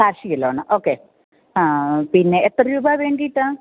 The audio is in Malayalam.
കാർഷിക ലോൺ ഓക്കെ പിന്നെ എത്ര രൂപ വേണ്ടിയിട്ടാണ്